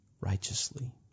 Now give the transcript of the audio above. righteously